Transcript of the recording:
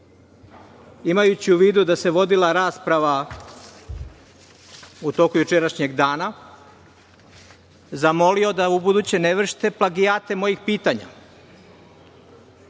imajući u vidu da se vodila rasprava u toku jučerašnjeg dana zamolio da ubuduće ne vršite plagijate mojih pitanja.